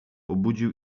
obudził